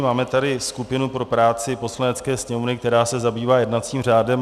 Máme tady skupinu pro práci Poslanecké sněmovny, která se zabývá jednacím řádem.